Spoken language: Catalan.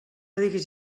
diguis